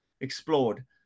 explored